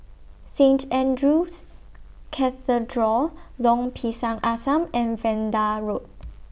Saint Andrew's Cathedral Lorong Pisang Asam and Vanda Road